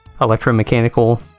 electromechanical